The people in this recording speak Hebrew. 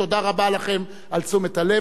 תודה רבה על תשומת הלב.